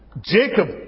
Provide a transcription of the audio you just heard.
Jacob